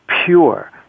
pure